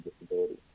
disabilities